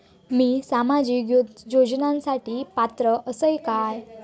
मी सामाजिक योजनांसाठी पात्र असय काय?